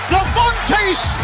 Devontae